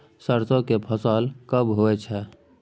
सरसो के फसल कब होय छै?